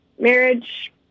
marriage